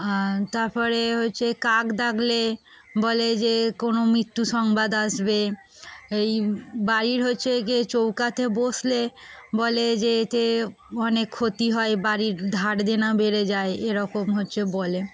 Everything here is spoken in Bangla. আর তারপরে হচ্ছে কাক ডাকলে বলে যে কোনো মৃত্যু সংবাদ আসবে এই বাড়ির হচ্ছে গিয়ে চৌকাঠে বসলে বলে যে এতে অনেক ক্ষতি হয় বাড়ির ধার দেনা বেড়ে যায় এরকম হচ্ছে বলে